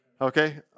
okay